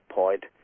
point